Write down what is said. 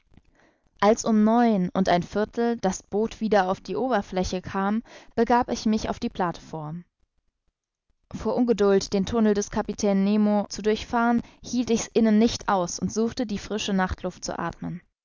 als um neun und ein viertel das boot wieder auf die oberfläche kam begab ich mich auf die plateform vor ungeduld den tunnel des kapitäns nemo zu durchfahren hielt ich's innen nicht aus und suchte die frische nachtluft zu athmen